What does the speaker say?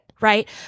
Right